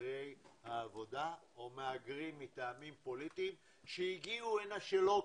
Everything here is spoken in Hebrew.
למהגרי העבודה או מהגרים מטעמים פוליטיים שהגיעו הנה שלא כחוק.